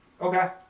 okay